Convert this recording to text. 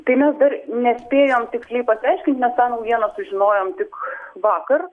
tai mes dar nespėjom tiksliai pasiaiškint nes tą naujieną sužinojom tik vakar